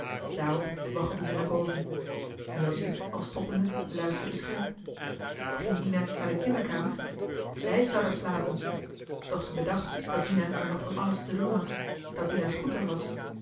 zij in ontstelling naar boven neeltje al stoppende luisterde scherp ging dina naar de kinderkamer zij zou daar slapen doch ze bedacht dat dina er nog van alles te doen had dat dina's goed er was